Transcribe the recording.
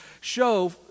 show